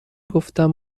گفتم